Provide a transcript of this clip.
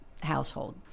household